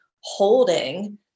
holding